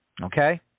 Okay